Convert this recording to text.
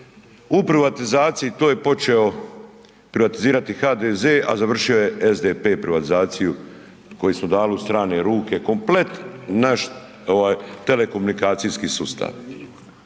u privatizaciji, to je počeo privatizirati HDZ, a završio je SDP privatizaciju koju smo dali u strane ruke, komplet naš telekomunikacijski sustav.